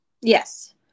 Yes